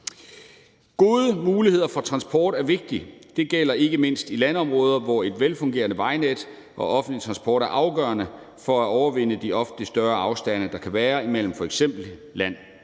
Gode muligheder for transport er vigtigt. Det gælder ikke mindst i landområder, hvor et velfungerende vejnet og offentlig transport er afgørende for at overvinde de ofte større afstande, der kan være, imellem f.eks. hjem og